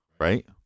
right